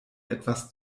etwas